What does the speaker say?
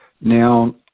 now